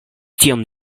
tiom